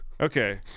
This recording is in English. Okay